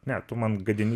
ne tu man gadini